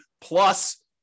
plus